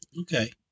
Okay